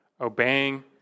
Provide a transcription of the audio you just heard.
obeying